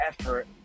effort